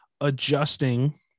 adjusting